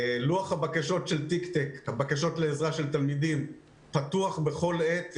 לוח הבקשות לעזרה של תלמידים פתוח בכל עת.